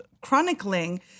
chronicling